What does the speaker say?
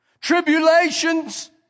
Tribulation's